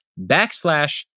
backslash